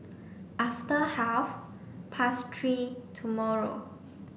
after half past three tomorrow